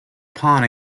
pawn